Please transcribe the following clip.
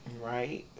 Right